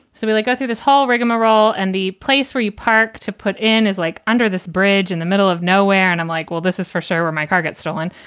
so like go through this whole rigamarole and the place where you park to put in is like under this bridge in the middle of nowhere. and i'm like, well, this is for sure where my car gets stolen.